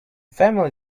family